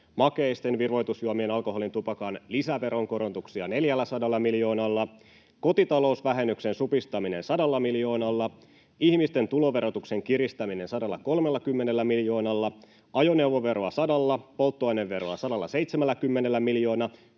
makeisten, virvoitusjuomien, alkoholin ja tupakan lisäveronkorotuksia 400 miljoonalla; [Välihuuto vasemmalta] kotitalousvähennyksen supistaminen 100 miljoonalla; ihmisten tuloverotuksen kiristäminen 130 miljoonalla; ajoneuvoveroa 100:lla; polttoaineveroa 170 miljoonalla;